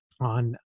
on